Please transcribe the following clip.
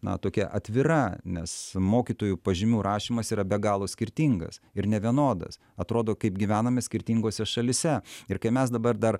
na tokia atvira nes mokytojų pažymių rašymas yra be galo skirtingas ir nevienodas atrodo kaip gyvename skirtingose šalyse ir kai mes dabar dar